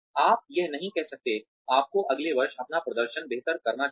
आप यह नहीं कह सकते हैं आपको अगले वर्ष अपना प्रदर्शन बेहतर करना चाहिए